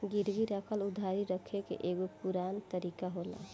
गिरवी राखल उधारी रखे के एगो पुरान तरीका होला